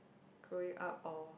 growing up or